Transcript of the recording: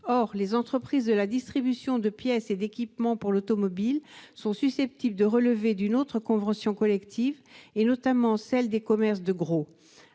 Or les entreprises de la distribution de pièces et d'équipements pour l'automobile sont susceptibles de relever d'une autre convention collective, notamment de celle des commerces de gros.